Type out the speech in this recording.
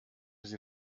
sie